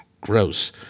gross